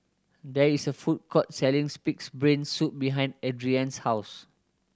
there is a food court selling's Pig's Brain Soup behind Adriene's house